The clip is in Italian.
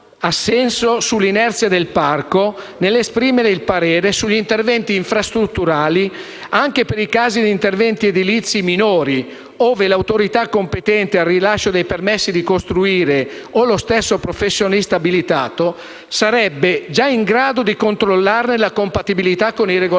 sull’inerzia del parco nell’esprimere il parere sugli interventi infrastrutturali, anche per i casi di interventi edilizi minori, ove l’autorità competente al rilascio dei permessi di costruire o lo stesso professionista abilitato sarebbero già in grado di controllarne la compatibilità con il regolamento